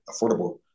affordable